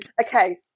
Okay